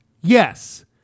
Yes